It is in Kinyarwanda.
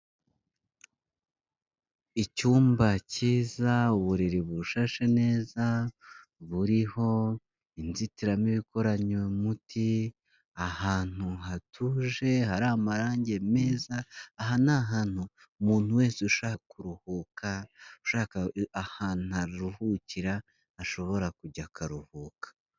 Icyumba cyiza uburiri bushashe neza buriho inzitiramubu ikoranye umuti, ahantu hatuje hari amarangi meza aha ni ahantu umuntu wese ushaka kuruhuka ushaka ahantutu aruhukira ashobora kujya akaruhuka.